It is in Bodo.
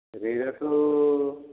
रेटआथ'